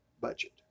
budget